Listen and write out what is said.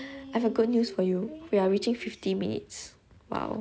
I have a good news for you we are reaching fifty minutes !wow!